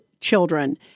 children